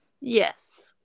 Yes